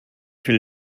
viel